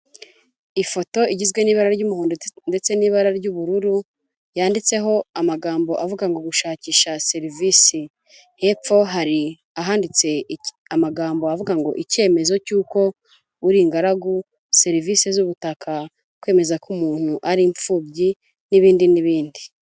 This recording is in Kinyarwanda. Ifoto igizwe n'ibara ry'umuhondo ndetse n'ibara ry'ubururu yanditseho amagambo avuga ngo gushakisha serivisi. Hepfo hari ahanditse amagambo avuga ngo ikemezo cy'uko, uri ingaragu, serivisi z'ubutaka, kwemeza ko umuntu ari imfubyi n'ibindi n'ibindi.